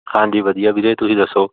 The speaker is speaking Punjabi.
ਹਾਂਜੀ ਵਧੀਆ ਵੀਰੇ ਤੁਸੀਂ ਦੱਸੋ